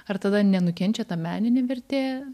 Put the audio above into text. ar tada nenukenčia ta meninė vertė